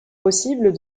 possible